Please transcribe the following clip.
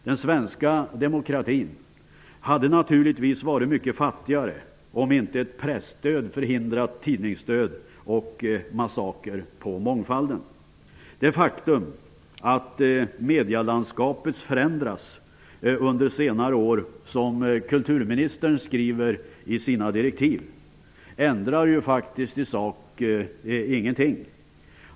Den svenska demokratin hade naturligtvis varit mycket fattigare om inte ett presstöd förhindrat tidningsdöd och massaker på mångfalden. Det faktum att medielandskapet har förändrats under senare år, som kulturministern skriver i sina direktiv, ändrar ju i sak faktiskt ingenting.